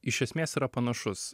iš esmės yra panašus